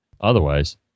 Otherwise